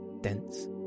dense